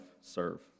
serve